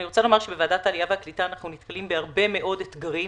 אני רוצה לומר שבוועדת העלייה והקליטה אנחנו נתקלים בהרבה מאוד אתגרים,